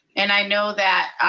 and i know that